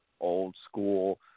old-school